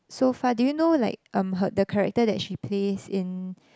so far do you know like um her the character that she plays in